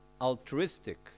altruistic